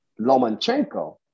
Lomachenko